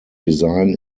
design